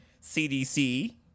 CDC